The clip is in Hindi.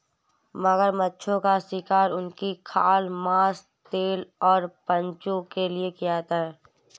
मगरमच्छों का शिकार उनकी खाल, मांस, तेल और पंजों के लिए किया जाता है